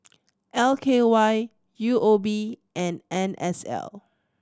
L K Y U O B and N S L